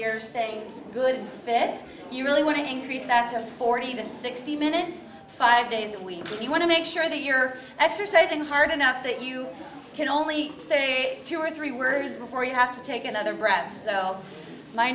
you're saying good fit you really want to increase that forty to sixty minutes five days a week if you want to make sure that you're exercising hard enough that you can only say two or three words before you have to take another breath so my